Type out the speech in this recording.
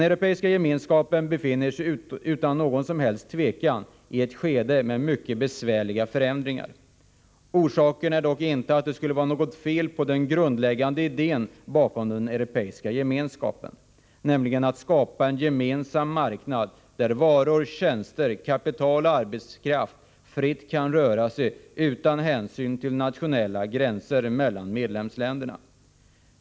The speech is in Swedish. Europeiska gemenskapen befinner sig utan något som helst tvivel i ett skede av mycket besvärliga förändringar. Orsaken är dock inte att det skulle vara något fel på den grundläggande idén bakom Europeiska gemenskapen, nämligen att skapa en gemensam marknad där varor, tjänster, kapital och arbetskraft fritt kan röra sig utan hänsyn till nationella gränser mellan medlemsländerna.